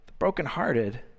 brokenhearted